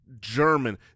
German